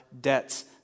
debts